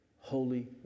holy